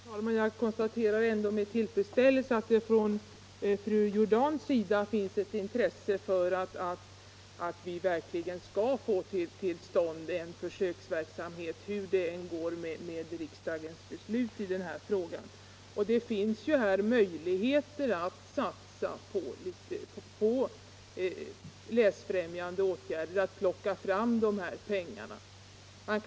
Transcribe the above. Herr talman! Jag konstaterar med tillfredsställelse att fru Jordan har intresse för att vi verkligen får till stånd en försöksverksamhet och att riksdagens beslut i denna fråga följs oavsett vilken linje som vinner. Det finns ju här inom ramen för anslaget möjligheter att plocka fram de pengar som behövs för att satsa på läsfrämjande åtgärder.